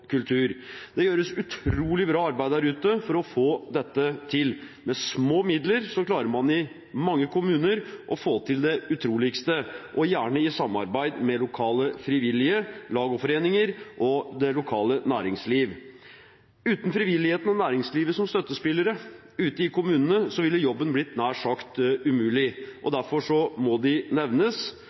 kultur. Det gjøres utrolig bra arbeid der ute for å få dette til. Med små midler klarer man i mange kommuner å få til det utroligste, og gjerne i samarbeid med lokale frivillige lag og foreninger og det lokale næringsliv. Uten frivilligheten og næringslivet som støttespillere ute i kommunene ville jobben blitt nær sagt umulig. Derfor må de nevnes.